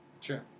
Sure